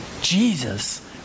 Jesus